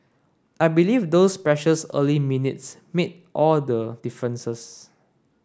I believe those precious early minutes made all the differences